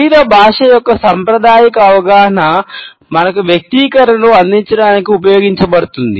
శరీర భాష యొక్క సాంప్రదాయిక అవగాహన మనకు వ్యక్తిగతీకరణను అందించడానికి ఉపయోగించబడుతుంది